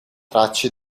tracce